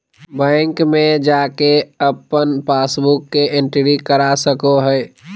bank में जाके अपन पासबुक के एंट्री करा सको हइ